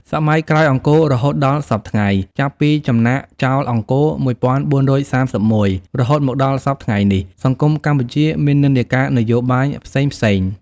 សម័យក្រោយអង្គររហូតដល់សព្វថ្ងៃ ចាប់ពីចំណាកចោលអង្គរ ១៤៣១ រហូតមកដល់សព្វថ្ងៃនេះ សង្គមកម្ពុជាមាននិន្នាការនយោបាយផ្សេងៗ ។